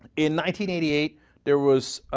in nineteen eighty eight there was ah.